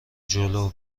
جلو